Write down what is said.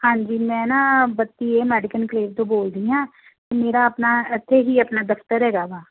ਹਾਂਜੀ ਮੈਂ ਨਾ ਬੱਤੀ ਏ ਮੈਡਿਕ ਇਨਕਏਵ ਤੋਂ ਬੋਲਦੀ ਹਾਂ ਮੇਰਾ ਆਪਣਾ ਇੱਥੇ ਹੀ ਆਪਣਾ ਦਫ਼ਤਰ ਹੈਗਾ ਵਾ